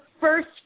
first